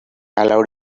allowed